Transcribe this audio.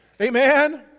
Amen